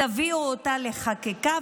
תביאו אותה לחקיקה,